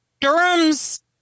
Durham's